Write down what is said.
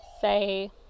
say